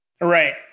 right